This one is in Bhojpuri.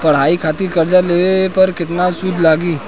पढ़ाई खातिर कर्जा लेवे पर केतना सूद लागी?